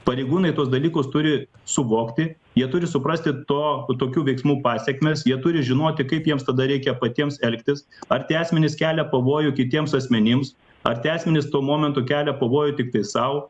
pareigūnai tuos dalykus turi suvokti jie turi suprasti to tokių veiksmų pasekmes jie turi žinoti kaip jiems tada reikia patiems elgtis ar tie asmenys kelia pavojų kitiems asmenims ar tie asmenys tuo momentu kelia pavojų tiktai sau